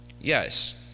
Yes